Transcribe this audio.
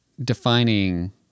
defining